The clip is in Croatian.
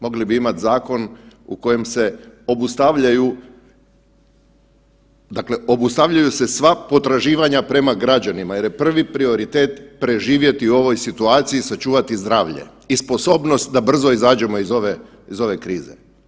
Mogli bi imati zakon u kojem se obustavljaju, dakle obustavljaju se sva potraživanja prema građanima jer je prvi prioritet preživjeti u ovoj situaciji i sačuvati zdravlje i sposobnost da brzo izađemo iz ove krize.